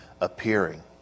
appearing